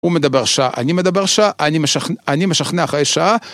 הוא מדבר שעה, אני מדבר שעה, אני משכנע אחרי שעה.